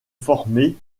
formé